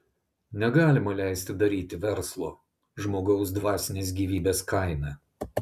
negalima leisti daryti verslo žmogaus dvasinės gyvybės kaina